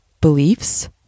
beliefs